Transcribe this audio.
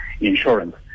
insurance